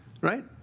right